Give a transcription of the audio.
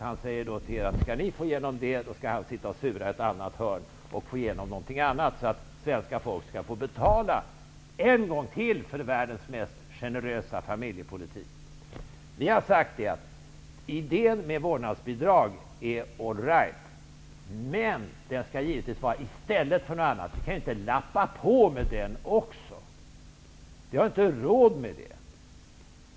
Han menar att om det blir en finansiering kommer han att sitta och sura i ett annat hörn och få igenom något annat. Då får svenska folket betala en gång till för världens mest generösa familjepolitik. Vi i Ny demokrati har sagt att idéen med vårdnadsbidraget är all right. Men vårdnadsbidraget skall givetvis finnas i stället för något annat. Det går inte att lappa på med den också. Ni har inte råd med det.